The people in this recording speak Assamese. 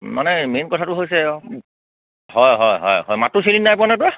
মানে মেইন কথাটো হৈছে অঁ হয় হয় হয় হয় মাতটো চেনি নাই পোৱা নে তই